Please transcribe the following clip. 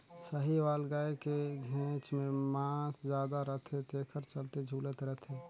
साहीवाल गाय के घेंच में मांस जादा रथे तेखर चलते झूलत रथे